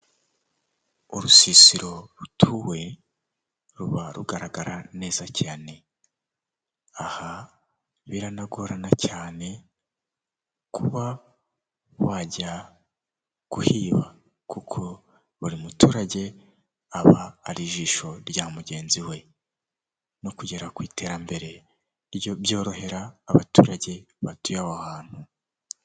Turansifa iteretse ku ipoto y'amashanyarazi ikaba ijyana umuriro ikawongera ndetse ikanawugabanya mu gihe bibaye ngombwa, hanyuma ikaba iteye hafi y'umuhanda kugira ngo igire umutekano.